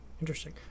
Interesting